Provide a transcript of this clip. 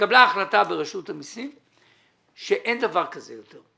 ברשות המיסים שאין דבר כזה יותר.